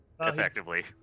Effectively